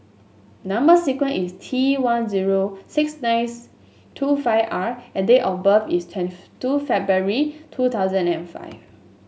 number sequence is T one zero six nice two five R and date of birth is twenty two February two thousand and five